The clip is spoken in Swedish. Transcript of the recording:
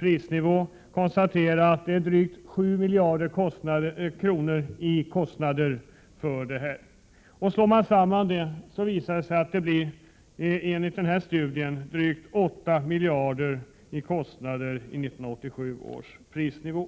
prisnivå uppgår de kostnaderna till drygt 7 miljarder kronor. Slår man samman dessa kostnader finner man alltså att kostnaderna enligt studien uppgår till drygt 8 miljarder kronor i 1987 års prisnivå.